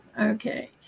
okay